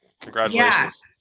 Congratulations